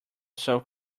south